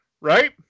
right